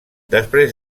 després